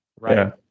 Right